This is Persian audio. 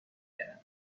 نگرند